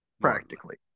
Practically